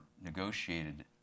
negotiated